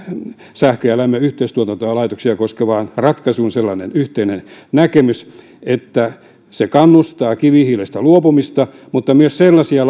sähkön ja lämmön yhteistuotantolaitoksia koskevaan ratkaisuun sellainen yhteinen näkemys että se kannustaa kivihiilestä luopumista mutta myös sellaisia